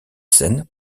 scènes